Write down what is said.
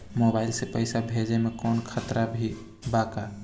Mobile से पैसा भेजे मे कौनों खतरा भी बा का?